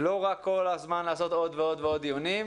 לא רק כל הזמן לעשות עוד ועוד דיונים.